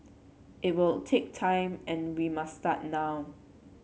it will take time and we must start now